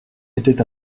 était